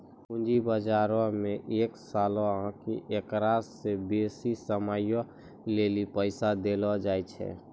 पूंजी बजारो मे एक सालो आकि एकरा से बेसी समयो लेली पैसा देलो जाय छै